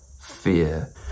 fear